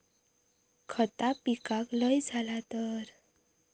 खता पिकाक लय झाला तर?